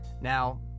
Now